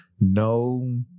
No